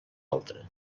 altre